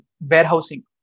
warehousing